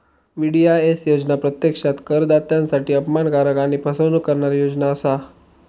VDIS योजना प्रत्यक्षात करदात्यांसाठी अपमानकारक आणि फसवणूक करणारी योजना असा